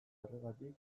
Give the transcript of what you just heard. horregatik